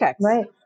Right